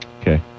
Okay